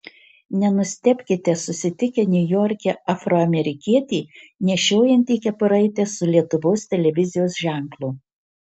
nenustebkite susitikę niujorke afroamerikietį nešiojantį kepuraitę su lietuvos televizijos ženklu